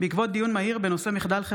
בעקבות דיון מהיר בהצעתם של